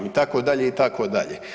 Itd., itd.